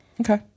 Okay